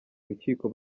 rukiko